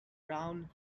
brown